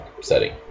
setting